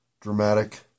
dramatic